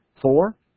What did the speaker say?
Four